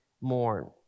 mourn